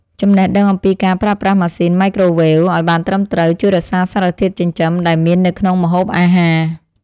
ចំណេះដឹងអំពីការប្រើប្រាស់ម៉ាស៊ីន ម៉ៃក្រូវ៉េវ ឱ្យបានត្រឹមត្រូវជួយរក្សាសារធាតុចិញ្ចឹមដែលមាននៅក្នុងម្ហូបអាហារ។